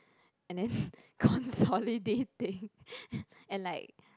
and then consolidating and like